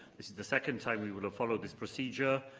this is the second time we will have followed this procedure,